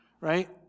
right